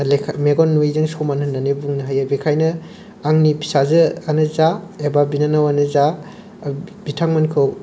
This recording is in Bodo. मेगन नुयिजोंनो समान होननानै बुंनो हायो बेखायनो आंनि फिसाजोआनो जा एबा बिनानावानो जा बिथांमोनखौ